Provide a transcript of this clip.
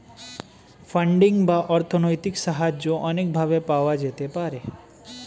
funding বা অর্থনৈতিক সাহায্য অনেক ভাবে পাওয়া যেতে পারে